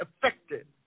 affected